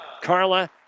Carla